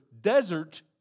desert